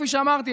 כפי שאמרתי,